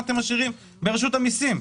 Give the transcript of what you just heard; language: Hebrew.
אתם משאירים ברשות המיסים?